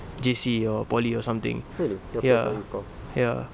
J_C or poly or something ya ya